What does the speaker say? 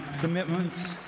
commitments